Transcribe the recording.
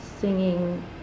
singing